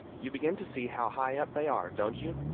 you begin to see how high up they are, don't you?